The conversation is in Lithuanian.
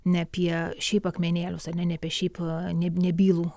ne apie šiaip akmenėlius ar ne ne apie šiaip nebylų